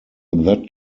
that